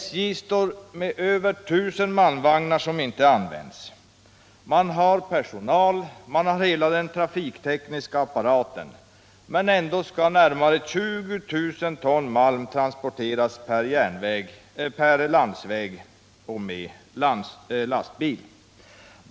SJ står med över tusen malmvagnar som inte används. Man har personal, man har hela den trafiktekniska apparaten men ändå skall närmare 21 000 ton malm transporteras på landsväg med lastbil.